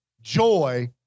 Joy